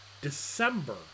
December